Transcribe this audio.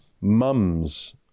Mums